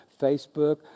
Facebook